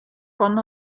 von